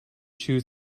choose